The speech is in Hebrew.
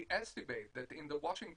we estimate that in Washington State,